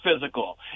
physical